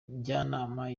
njyanama